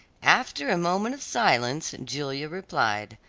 after a moment of silence, julia replied,